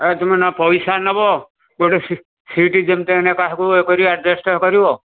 ଆଉ ତୁମେ ପଇସା ନେବ ଗୋଟେ ସିଟ୍ ଯେମିତି ହେଲେ କାହାକୁ କରି ଆଡଜଷ୍ଟ କରିବ